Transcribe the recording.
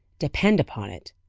depend upon it,